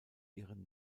ihren